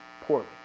poorly